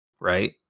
right